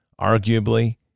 Arguably